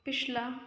ਪਿਛਲਾ